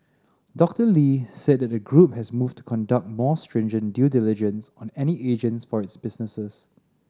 Doctor Lee said that the group has moved to conduct more stringent due diligence on any agents for its businesses